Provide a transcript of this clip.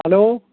hello